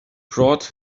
brought